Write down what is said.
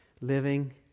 living